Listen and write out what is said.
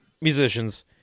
musicians